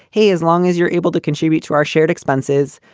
hey, as long as you're able to contribute to our shared expenses,